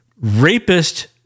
Rapist